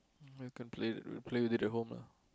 you could play play with it at home lah